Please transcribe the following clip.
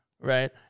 Right